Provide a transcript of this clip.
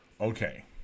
Okay